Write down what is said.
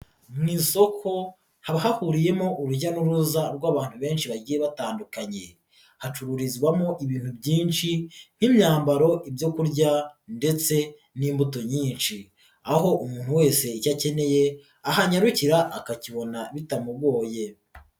Mu isoko haba hahuriyemo urujya n'uruza rw'abantu benshi bagiye batandukanye hacururizwamo ibintu byinshi nk'imyambaro, ibyo kurya ndetse n'imbuto nyinshi, aho umuntu wese icyo akeneye ahanyarukira akakibona bitamugoye.